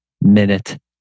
minute